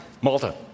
Malta